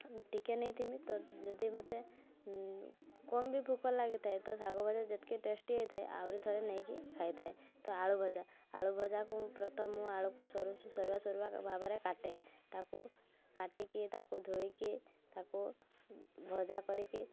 ଟିକିଏ ନେଇଥିମି ତ ଯଦି ମୋତେ କମ ବି ଭୋକ ଲାଗିଥାଏ ତ ଶାଗ ଭଜା ଯେତିକି ଟେଷ୍ଟି ହେଇଥାଏ ଆହୁରି ଥରେ ନେଇକି ଖାଇଥାଏ ତ ଆଳୁ ଭଜା ଆଳୁ ଭଜାକୁ ମୁଁ ପ୍ରଥମ ମୁଁ ଆଳୁକୁ ସରୁ ସରୁଆ ସରୁଆ ଭାବରେ କାଟେ ତାକୁ କାଟିକି ତାକୁ ଧୋଇକି ତାକୁ ଭଜା କରିକି